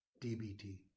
DBT